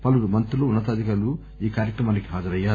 పలువురు మంత్రులు ఉన్న తాధికారులు ఈ కార్యక్రమానికి హాజరయ్యారు